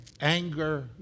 anger